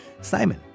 Simon